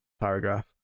paragraph